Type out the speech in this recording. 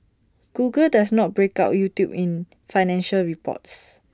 Google does not break out YouTube in financial reports